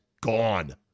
gone